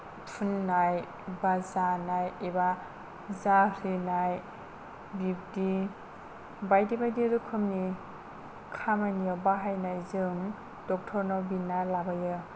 फुननाय बा जानाय एबा जारिनाय बिब्दि बायदि बायदि रोखोमनि खामानियाव बाहायनायजों डक्टरनाव बिना लाबोयो